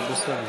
אדוני.